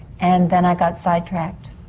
and then i got sidetracked.